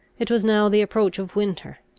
it was now the approach of winter.